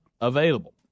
available